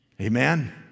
Amen